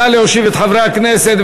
נא להושיב את חברי הכנסת,